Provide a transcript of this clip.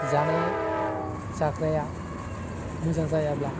जानाय जाग्राया मोजां जायाब्ला